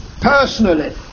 personally